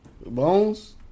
Bones